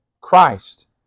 Christ